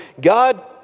God